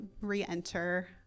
re-enter